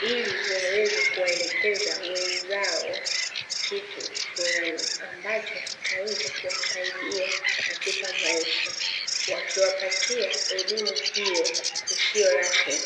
ili waweze kuwaelekeza wenzao kitu fulani ambacho kitaweza kuwasaidia katika maisha wakiwapatia elimu hiyo isiyo rasmi.